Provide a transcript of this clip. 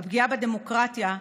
הפגיעה בדמוקרטיה,